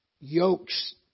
yokes